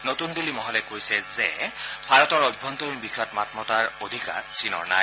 নতুন দিল্লী মহলে কৈছে যে ভাৰতৰ অভ্যন্তৰীণ বিষয়ত মাত মতাৰ অধিকাৰ চীনৰ নাই